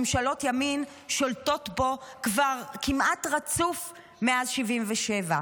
ממשלות ימין שולטות פה כבר כמעט רצוף מאז 1977,